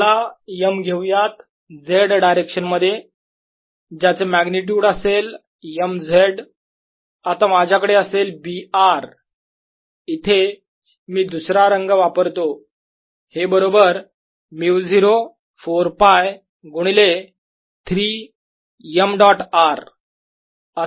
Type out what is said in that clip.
चला m घेऊयात z direction मध्ये ज्याचे मॅग्निट्युड असेल m z आता माझ्याकडे असेल B r इथे मी दुसरा रंग वापरतो हे बरोबर μ0 4 π गुणिले 3m डॉट r